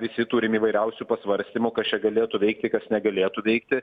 visi turim įvairiausių pasvarstymų kas čia galėtų veikti kas negalėtų veikti